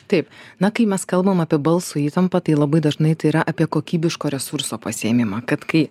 taip na kai mes kalbam apie balso įtampą tai labai dažnai tai yra apie kokybiško resurso pasiėmimą kad kai